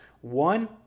One